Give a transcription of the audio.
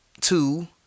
two